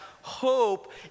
hope